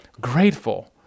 grateful